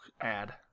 Add